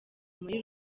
muri